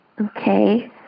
Okay